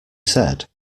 said